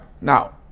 Now